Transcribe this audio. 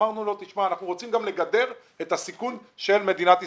אמרנו לו שאנחנו רוצים גם לגדר את הסיכון של מדינת ישראל.